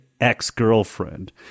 ex-girlfriend